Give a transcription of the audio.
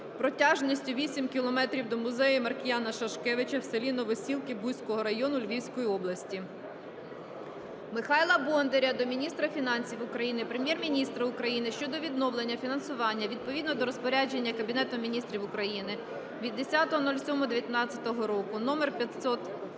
протяжністю 8 км до музею Маркіяна Шашкевича в селі Новосілки Буського району Львівської області. Михайла Бондаря до міністра фінансів України, Прем'єр-міністра України щодо відновлення фінансування відповідно до Розпорядження Кабінету Міністрів України від 10.07.2019 року №500-р